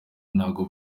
ntago